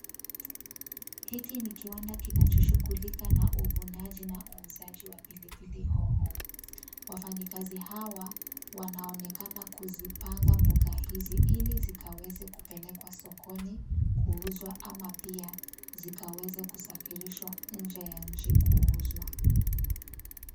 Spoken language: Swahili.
Hiki ni kiwanda kinachoshughulika na uvunaji na uuzaji wa pilipili hoho. Wafanyikazi hawa, wanaonekana kuzipanga mboka hizi ili zikaweze kupelekwa sokoni kuuzwa ama pia zikaweze kusafirishwa nje ya nchi kuuzwa.